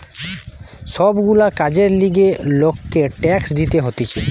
সব গুলা কাজের লিগে লোককে ট্যাক্স দিতে হতিছে